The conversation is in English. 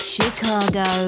Chicago